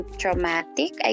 traumatic